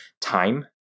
time